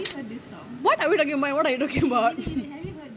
what are we talking about what are you talking about